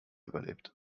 überlebt